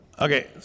okay